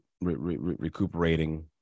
recuperating